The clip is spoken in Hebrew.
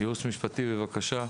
ייעוץ משפטי, בבקשה.